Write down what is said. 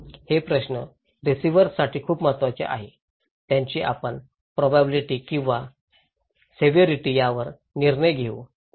हे प्रश्न रिसीव्हर्ससाठी खूप महत्वाचे आहेत ज्याची आपण प्रोबॅबिलिटी आणि सेव्हिरिटी यावर निर्णय घेऊ